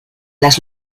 las